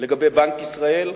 לגבי בנק ישראל,